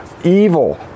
evil